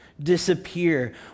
disappear